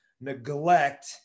neglect